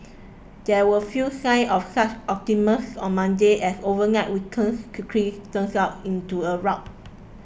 there were few signs of such optimism on Monday as overnight weakness quickly turns out into a rout